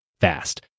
fast